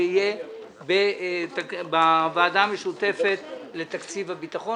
זה יהיה בוועדה המשותפת לתקציב הביטחון,